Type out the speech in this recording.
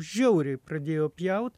žiauriai pradėjo pjaut